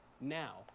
now